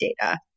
data